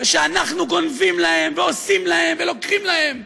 ושאנחנו גונבים להם ועושים להם ולוקחים להם.